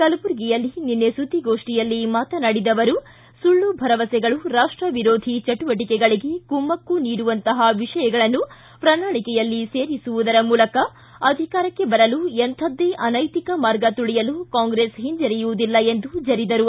ಕಲಬುರ್ಗಿಯಲ್ಲಿ ನಿನ್ನೆ ಸುದ್ದಿಗೋಷ್ಠಿಯಲ್ಲಿ ಮಾತನಾಡಿದ ಅವರು ಸುಳ್ಳು ಭರವಸೆಗಳು ರಾಷ್ವವಿರೋಧಿ ಚಟುವಟಕೆಗಳಿಗೆ ಕುಮ್ಮಕ್ಕು ನೀಡುವಂತಹ ವಿಷಯಗಳನ್ನು ಪ್ರಣಾಳಿಕೆಯಲ್ಲಿ ಸೇರಿಸುವದರ ಮೂಲಕ ಅಧಿಕಾರಕ್ಷೆ ಬರಲು ಎಂಥದ್ದೆ ಅನ್ಯೆತಿಕ ಮಾರ್ಗ ತುಳಿಯಲು ಕಾಂಗ್ರೆಸ್ ಹಿಂಜರಿಯುವದಿಲ್ಲ ಎಂದು ಜರಿದರು